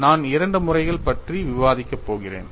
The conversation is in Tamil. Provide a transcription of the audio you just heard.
நான் இரண்டு முறைகள் பற்றி விவாதிக்கப் போகிறேன்